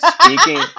Speaking